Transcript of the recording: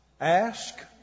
Ask